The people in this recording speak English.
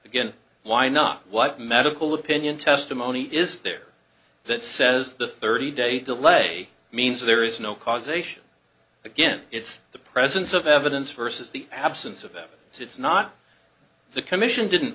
again why not what medical opinion testimony is there that says the thirty day delay means there is no causation again it's the presence of evidence versus the absence of evidence it's not the commission didn't